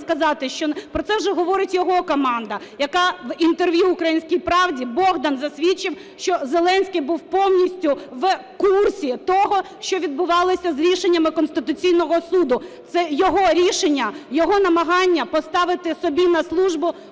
сказати, що про це вже говорить його команда, яка в інтерв'ю "Українській правді", Богдан засвідчив, що Зеленський був повністю в курсі того, що відбувалося з рішеннями Конституційного Суду. Це його рішення, його намагання поставити собі на службу